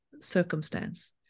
Circumstance